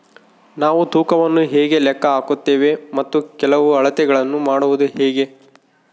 ನಾವು ತೂಕವನ್ನು ಹೇಗೆ ಲೆಕ್ಕ ಹಾಕುತ್ತೇವೆ ಮತ್ತು ಕೆಲವು ಅಳತೆಗಳನ್ನು ಮಾಡುವುದು ಹೇಗೆ?